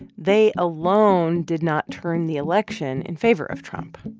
they alone did not turn the election in favor of trump.